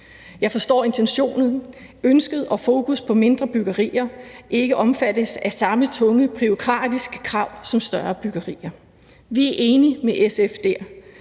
Jeg forstår intentionen, nemlig ønsket om et fokus på, at mindre byggerier ikke omfattes af samme tunge bureaukratiske krav som større byggerier. Vi er enige med SF dér